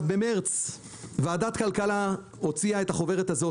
במרס ועדת כלכלה הוציאה את החוברת הזו